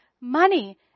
money